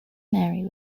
mary